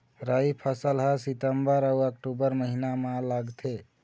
राई फसल हा सितंबर अऊ अक्टूबर महीना मा लगथे